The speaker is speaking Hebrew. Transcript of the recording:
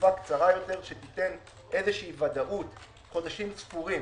לתקופה קצרה יותר שתיתן ודאות חודשים ספורים